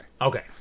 Okay